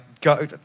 go